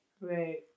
Right